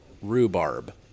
rhubarb